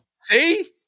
See